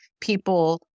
people